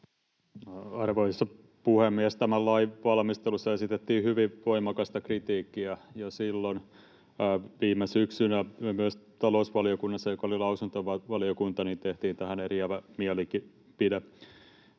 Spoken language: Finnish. Arvoisa puhemies! Tämän lain valmistelussa esitettiin hyvin voimakasta kritiikkiä jo silloin viime syksynä, ja talousvaliokunnassa, joka oli lausuntovaliokunta, tehtiin tähän eriävä mielipide,